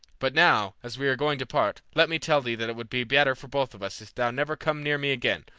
but now, as we are going to part, let me tell thee that it will be better for both of us if thou never come near me again,